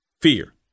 fear